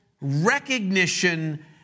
recognition